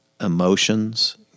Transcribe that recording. Emotions